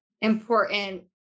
important